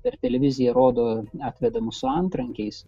per televiziją rodo atvedamus su antrankiais